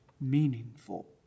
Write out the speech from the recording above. meaningful